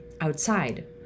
outside